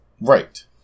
Right